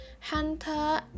hunter